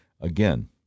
again